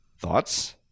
thoughts